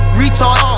retard